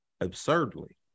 absurdly